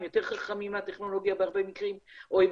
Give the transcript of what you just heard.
הם יותר חכמים מהטכנולוגיה בהרבה מקרים או הם